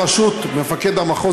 בראשות מפקד המחוז,